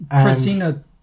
Christina